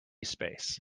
space